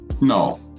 No